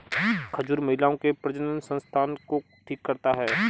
खजूर महिलाओं के प्रजननसंस्थान को ठीक करता है